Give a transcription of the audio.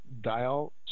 dial